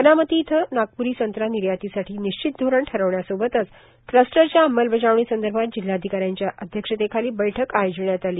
वनामती इथं नागप्री संत्रा निर्यातीसाठी निश्चित धोरण ठरविण्यासोबतच क्लस्टरच्या अंमलबजावणी संदर्भात जिल्हाधिकाऱ्यांच्या अध्यक्षतेखाली बैठक आयोजिण्यात आली